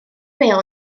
bêl